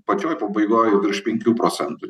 pačioj pabaigoj jau virš penkių procentų net